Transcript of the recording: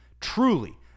truly